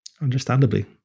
understandably